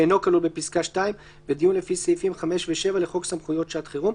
שאינו כלול בפסקה (2) ודיון לפי סעיפים 5 ו-7 לחוק סמכויות שעת חירום,